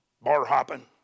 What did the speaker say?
bar-hopping